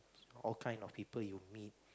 all kind of people you meet